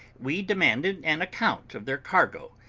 we demanded an account of their cargo,